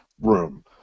room